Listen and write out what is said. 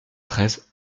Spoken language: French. treize